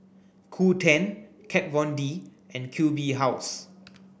Qoo Ten Kat Von D and Q B House